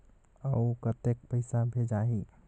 अउ कतेक पइसा भेजाही?